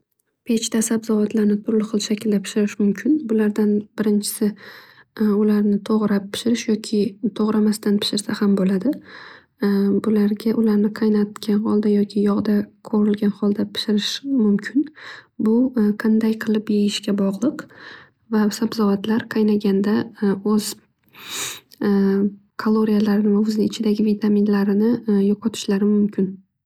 Pechda sabzavotlarni turli xil shaklda pishirish mumkin. Bulardan birinchisi, ularni to'grab pishirish yoki to'g'ramasdan pishirsa ham bo'ladi. Bularga ularni qaynatgan holda yoki yog'da qovurilgan holda pishirish mumkin. Bu qanday qilib yeyishga bog'liq. Va sabzavotlar qaynaganda o'z kaloriyalarini o'z ichidagi vitaminlarini yo'qatishlari mumkin.